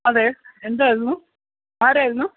അതെ എന്തായിരുന്നു ആരായിരുന്നു